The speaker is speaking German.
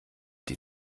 die